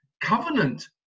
covenant